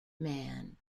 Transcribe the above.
man